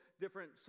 different